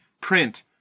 print